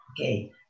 Okay